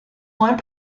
one